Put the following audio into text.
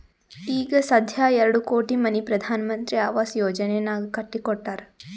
ಈಗ ಸಧ್ಯಾ ಎರಡು ಕೋಟಿ ಮನಿ ಪ್ರಧಾನ್ ಮಂತ್ರಿ ಆವಾಸ್ ಯೋಜನೆನಾಗ್ ಕಟ್ಟಿ ಕೊಟ್ಟಾರ್